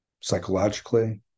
psychologically